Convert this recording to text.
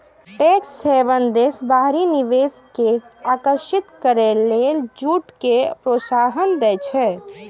tax haven देश बाहरी निवेश कें आकर्षित करै लेल कर छूट कें प्रोत्साहन दै छै